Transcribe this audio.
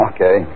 Okay